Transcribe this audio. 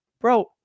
bro